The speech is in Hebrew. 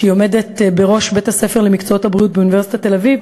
שעומדת בראש בית-הספר למקצועות הבריאות באוניברסיטת תל-אביב,